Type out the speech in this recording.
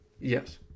Yes